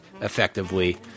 effectively